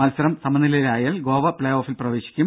മത്സരം സമനിലയിലായാൽ ഗോവ പ്ലേഓഫിൽ പ്രവേശിക്കും